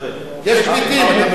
פליטים.